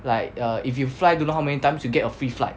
like err if you fly don't know how many times you get a free flight